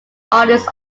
artists